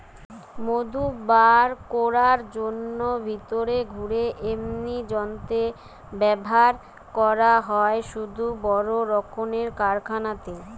মধু বার কোরার জন্যে ভিতরে ঘুরে এমনি যন্ত্র ব্যাভার করা হয় শুধু বড় রক্মের কারখানাতে